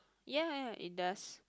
ya ya ya it does